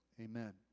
Amen